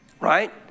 right